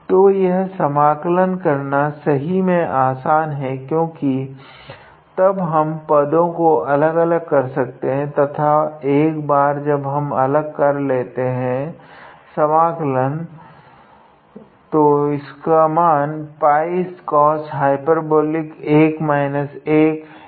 तो यह समाकलन करना सही में आसन है क्योकि तब हम पदों को अलग कर सकते है तथा एक बार जब हम अलग कर लेते है समाकलन है